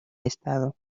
estado